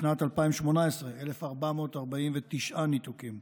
בשנת 2018, 1,449 ניתוקים,